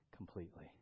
Completely